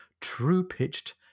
true-pitched